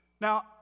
Now